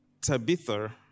Tabitha